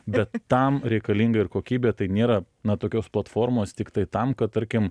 bet tam reikalinga ir kokybė tai nėra na tokios platformos tiktai tam kad tarkim